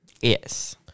Yes